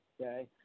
okay